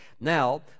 Now